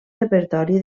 repertori